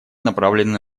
направлены